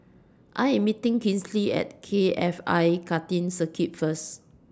I Am meeting Kinsley At K F I Karting Circuit First